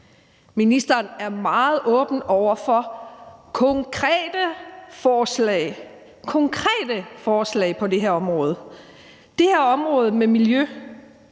Ministeren er meget åben over for konkrete forslag på det her område. Det her område med miljø